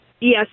Yes